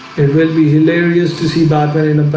it will be hilarious to see batman in the but